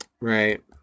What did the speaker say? Right